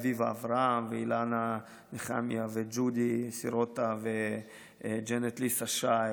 אביבה אברהם ואילנה נחמיה וג׳ודי סירוטה וג'נט ליסה שי